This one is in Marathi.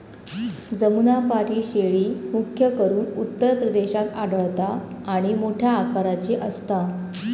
जमुनापारी शेळी, मुख्य करून उत्तर प्रदेशात आढळता आणि मोठ्या आकाराची असता